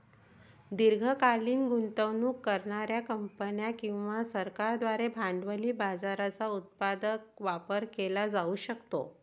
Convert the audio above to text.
दीर्घकालीन गुंतवणूक करणार्या कंपन्या किंवा सरकारांद्वारे भांडवली बाजाराचा उत्पादक वापर केला जाऊ शकतो